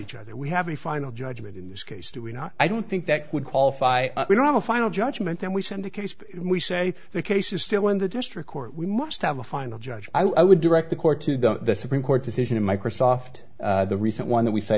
each other we have a final judgment in this case do we not i don't think that would qualify we don't have a final judgment then we send a case and we say the case is still in the district court we must have a final judge i would direct the court to the supreme court decision in microsoft the recent one that we sa